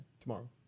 tomorrow